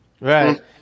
Right